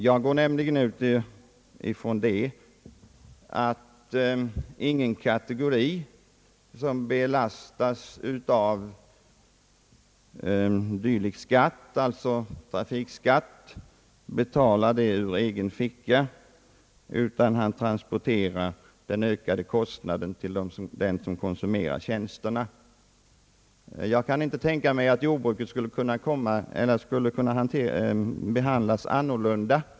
Jag går nämligen ut ifrån att ingen kategori som belastas av dylik skatt, alltså trafikskatt, betalar det ur egen ficka, utan transporterar den ökade kostnaden till den som konsumerar hans tjänster. Jag kan inte tänka mig att jordbruket skulle kunna behandlas annorlunda.